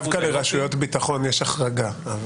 דווקא לרשויות ביטחון יש החרגה.